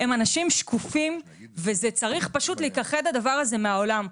הם אנשים שקופים והדבר הזה צריך להיכחד מהעולם.